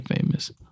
famous